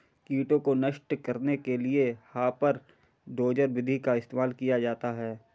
कीटों को नष्ट करने के लिए हापर डोजर विधि का इस्तेमाल किया जाता है